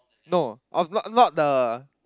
no of not not the